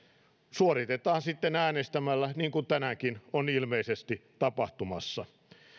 suoritetaan sitten äänestämällä niin kuin tänäänkin on ilmeisesti tapahtumassa